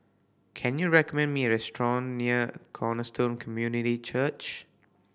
can you recommend me a restaurant near Cornerstone Community Church